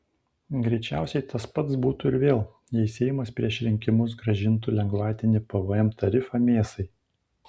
greičiausiai tas pats būtų ir vėl jei seimas prieš rinkimus grąžintų lengvatinį pvm tarifą mėsai